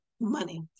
money